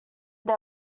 they